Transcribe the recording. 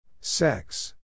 Sex